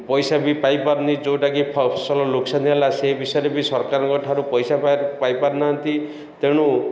ପଇସା ବି ପାଇପାରୁନି ଯେଉଁଟାକି ଫସଲ ନୁକସାନି ହେଲା ସେ ବିଷୟରେ ବି ସରକାରଙ୍କ ଠାରୁ ପଇସା ପାଇପାରୁନାହାନ୍ତି ତେଣୁ